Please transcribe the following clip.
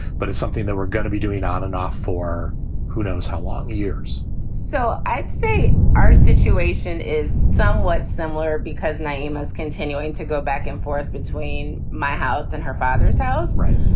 but it's something that we're going to be doing on and off for who knows how long years so i'd say our situation is somewhat similar because my aim is continuing to go back and forth between my house and her father's house. right.